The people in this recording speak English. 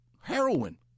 heroin